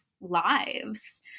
lives